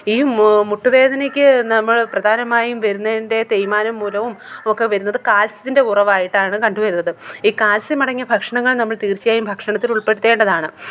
ഈ മുട്ടുവേദനയ്ക്ക് നമ്മൾ പ്രധാനമായും വരുന്നതിന്റെ തേയ്മാനം മൂലവും ഒക്കെ വരുന്നത് കാല്സ്യത്തിന്റെ കുറവായിട്ടാണ് കണ്ടുവരുന്നത് ഈ കാല്സ്യം അടങ്ങിയ ഭക്ഷണങ്ങള് നമ്മള് തീര്ച്ചയായും ഭക്ഷണത്തിലുള്പ്പെടുത്തേണ്ടതാണ്